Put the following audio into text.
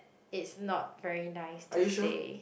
it's not very nice to say